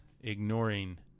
ignoring